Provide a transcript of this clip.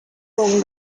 con